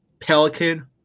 Pelican